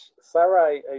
Sarah